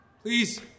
Please